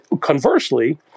conversely